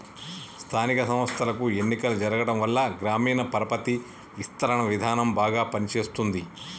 స్థానిక సంస్థలకు ఎన్నికలు జరగటంవల్ల గ్రామీణ పరపతి విస్తరణ విధానం బాగా పని చేస్తుంది